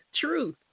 truth